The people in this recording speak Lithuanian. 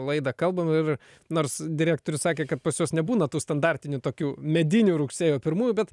laidą kalbam ir nors direktorius sakė kad pas juos nebūna tų standartinių tokių medinių rugsėjo pirmųjų bet